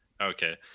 Okay